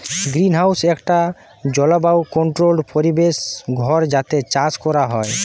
greenhouse একটা জলবায়ু controlled পরিবেশ ঘর যাতে চাষ কোরা হয়